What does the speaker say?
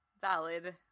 valid